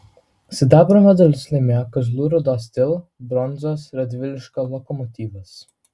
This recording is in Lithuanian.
sidabro medalius laimėjo kazlų rūdos stihl bronzos radviliškio lokomotyvas